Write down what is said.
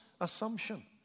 assumption